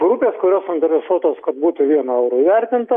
grupės kurios suinteresuotos kad būtų vienu euru įvertinta